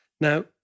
Now